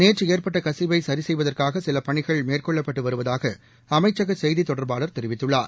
நேற்றுஏற்பட்டகசிவைசரிசெய்வதற்காகசிலபணிகள் மேற்கொள்ளப்பட்டுவருவதாகஅமைச்சகசெய்தித் தொடர்பாளர் தெரிவித்துள்ளார்